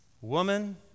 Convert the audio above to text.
Woman